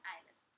Island